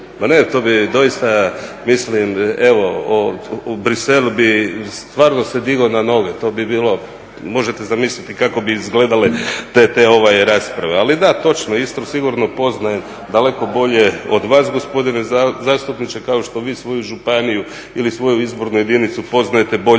Ma ne, to mi je doista, mislim, Bruxelles bi stvarno se digao na noge, to bi bilo, možete bi zamisliti kako bi izgledale te rasprave. Ali da, točno, Istru sigurno poznajem daleko bolje od vas gospodine zastupniče, kao što vi svoju županije ili svoju izbornu jedinicu poznajete bolje